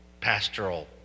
pastoral